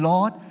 Lord